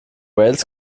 wales